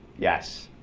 yes.